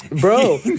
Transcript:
Bro